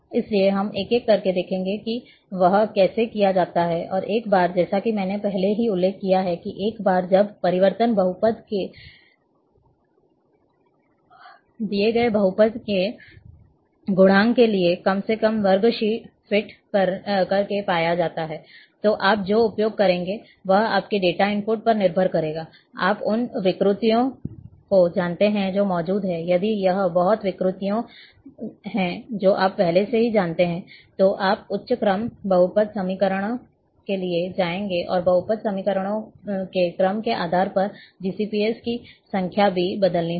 इसलिए हम एक एक करके देखेंगे कि यह कैसे किया जाता है और एक बार जैसा कि मैंने पहले ही उल्लेख किया है कि एक बार जब परिवर्तन बहुपद के दिए गए बहुपद के गुणांक के लिए कम से कम वर्ग फिट करके पाया जाता है तो आप जो उपयोग करेंगे वह आपके डेटा इनपुट पर निर्भर करेगा आप उन विकृतियों को जानते हैं जो मौजूद हैं यदि यह बहुत विकृतियां हैं जो आप पहले से ही जानते हैं तो आप उच्च क्रम बहुपद समीकरणों के लिए जाएंगे और बहुपद समीकरणों के क्रम के आधार पर जीसीपीएस की संख्या भी बदलनी होगी